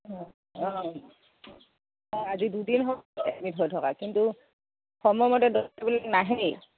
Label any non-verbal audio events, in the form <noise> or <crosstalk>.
অঁ অঁ আজি দুদিন <unintelligible>